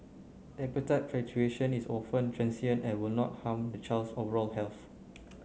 appetite fluctuation is often transient and will not harm the child's overall health